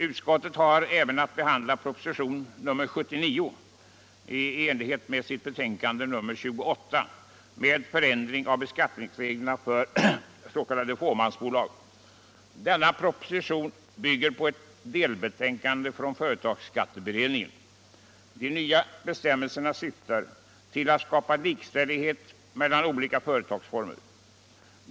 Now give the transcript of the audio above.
Utskottet har även i sitt betänkande nr 28 behandlat propositionen 79 om ändrade regler för beskattning av s.k. fåmansföretag. Den propositionen bygger på ett delbetänkande från företagsskatteberedningen. De nya bestämmelserna syftar till att skapa likställighet mellan olika företagsformer.